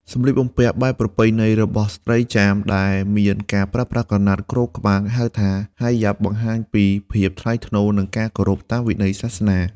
សម្លៀកបំពាក់បែបប្រពៃណីរបស់ស្ត្រីចាម ដែលមានការប្រើប្រាស់ក្រណាត់គ្របក្បាល ហៅថា Hijab បង្ហាញពីភាពថ្លៃថ្នូរ និងការគោរពតាមវិន័យសាសនា។